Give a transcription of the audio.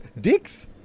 Dicks